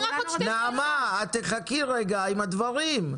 נעמה, את תחכי לרגע עם הדברים.